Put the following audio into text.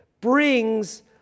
brings